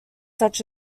such